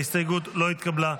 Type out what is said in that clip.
ההסתייגות לא התקבלה.